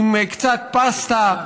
קצת פסטה.